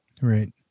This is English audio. Right